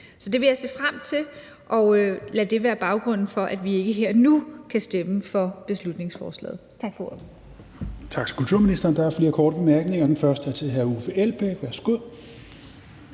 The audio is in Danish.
Det vil jeg se frem til og lade være baggrunden for, at vi ikke her og nu kan stemme for beslutningsforslaget.